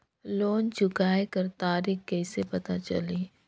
Loan चुकाय कर तारीक कइसे पता चलही?